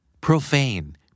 Profane